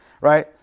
right